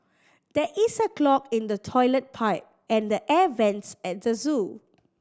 there is a clog in the toilet pipe and the air vents at the zoo